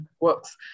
works